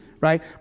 right